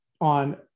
on